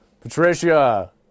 Patricia